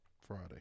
Friday